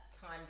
time